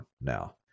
now